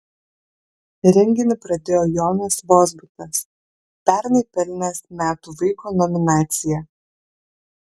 renginį pradėjo jonas vozbutas pernai pelnęs metų vaiko nominaciją